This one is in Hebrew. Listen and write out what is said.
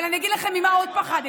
אבל אני אגיד לכם ממה עוד פחדתי,